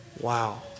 Wow